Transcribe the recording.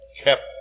kept